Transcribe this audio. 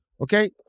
Okay